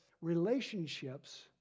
relationships